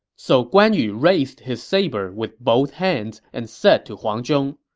so guan yu raised his saber with both hands and said to huang zhong,